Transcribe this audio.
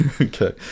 Okay